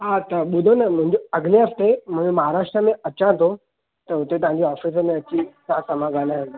हा त ॿधो न मुंहिंजो अॻिले हफ़्ते मुंहिंजो महाराष्ट्र में अचां थो त हुते तव्हांजे ऑफ़िस में अची तव्हां सां मां ॻाल्हायां